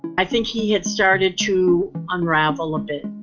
i think he had started to unravel a bit.